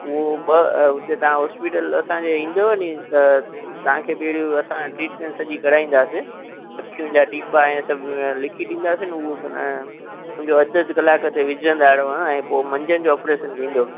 उहो ॿ हुते तव्हां हॉस्पिटल असांजे ईंदुव नी त तव्हांखे बि अहिड़ियूं असां ट्रीटमेंट सॼी कराईंदासीं अखियुनि जा टीपा ऐं सभु लिखी ॾींदासीं न उहो माना समुझो अधु अधु कलाकु ते विझंदा रहो ऐं पोइ मंझंदि जो ऑपरेशन थींदो